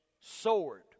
sword